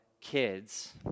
kids